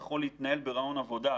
בשאלת ההתמודדות הנכונה בראיון עבודה,